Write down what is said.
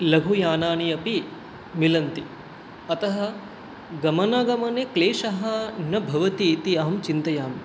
लघुयानानि अपि मिलन्ति अतः गमनागमने क्लेशः न भवति इति अहं चिन्तयामि